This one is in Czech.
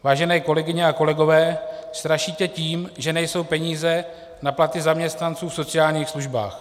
Vážené kolegyně a kolegové, strašíte tím, že nejsou peníze na platy zaměstnanců v sociálních službách.